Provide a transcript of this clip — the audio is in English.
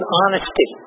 honesty